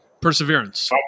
Perseverance